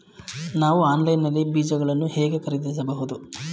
ನಾವು ಆನ್ಲೈನ್ ನಲ್ಲಿ ಬೀಜಗಳನ್ನು ಹೇಗೆ ಖರೀದಿಸಬಹುದು?